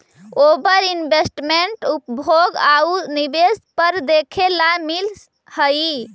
ओवर investment उपभोग आउ निवेश पर देखे ला मिलऽ हई